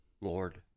Lord